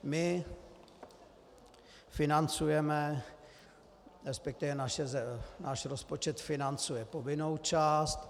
My financujeme, resp. náš rozpočet financuje povinnou část.